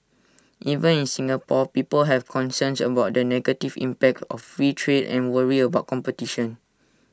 even in Singapore people have concerns about the negative impact of free trade and worry about competition